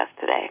today